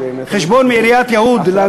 חשבון מעיריית יהוד יש לי ביד.